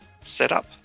setup